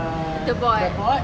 the board